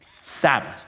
Sabbath